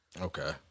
okay